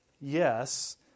Yes